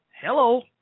Hello